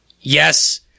Yes